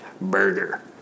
Burger